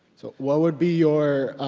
so what would be your